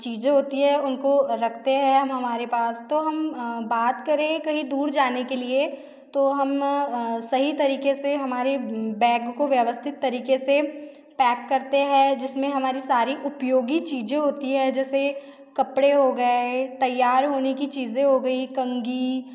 चीज़ें होती है उनको रखते हैं हम हमारे पास तो हम बात करें कहीं दूर जाने के लिए तो हम सही तरीक़े से हमारे बैग को व्यवस्थित तरीक़े से पैक करते हैं जिस में हमारी सारी उपयोगी चीज़ें होती हैं जैसे कपड़े हो गए तैयार होने की चीज़ें हो गई कंघी